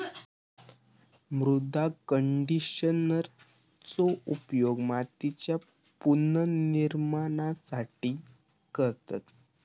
मृदा कंडिशनरचो उपयोग मातीच्या पुनर्निर्माणासाठी करतत